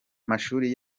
mashuri